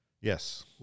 Yes